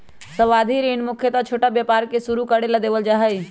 सावधि ऋण मुख्यत छोटा व्यापार के शुरू करे ला देवल जा हई